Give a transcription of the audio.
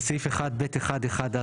בסעיף 1(ב1)(1)(א),